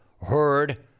heard